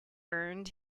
earned